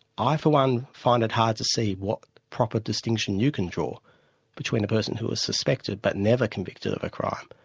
i for one find it hard to see what proper distinction you can draw between a person who is suspected but never convicted of a crime,